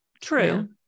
True